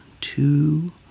two